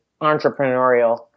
entrepreneurial